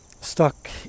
stuck